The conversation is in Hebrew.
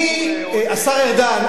השר ארדן,